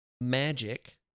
Magic